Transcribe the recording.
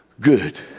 good